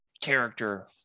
character